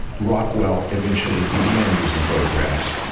rockwell eventually began using photographs.